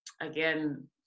again